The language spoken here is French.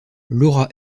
laura